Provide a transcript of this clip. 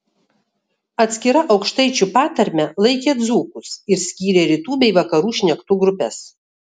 atskira aukštaičių patarme laikė dzūkus ir skyrė rytų bei vakarų šnektų grupes